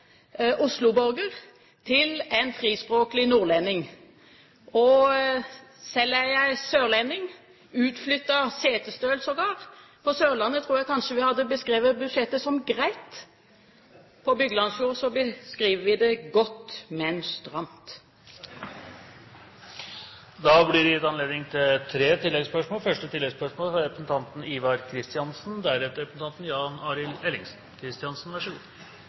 til en frispråklig nordlending. Selv er jeg sørlending, utflyttet setesdøl sågar. På Sørlandet tror jeg kanskje vi hadde beskrevet budsjettet som greit, på Byglandsfjord beskriver vi det som godt, men stramt. Det blir gitt anledning til tre oppfølgingsspørsmål – først Ivar Kristiansen. Jeg kan forsikre statsråden om at hadde andre departementer fått samme krav til omstilling og effektivisering som Forsvarsdepartementet og Forsvaret, så